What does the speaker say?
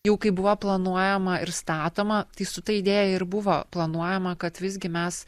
jau kaip buvo planuojama ir statoma tai su ta idėja ir buvo planuojama kad visgi mes